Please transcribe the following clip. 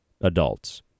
adults